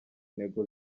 ntego